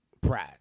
Pride